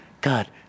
god